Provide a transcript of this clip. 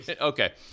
Okay